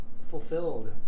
fulfilled